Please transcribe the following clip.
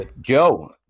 Joe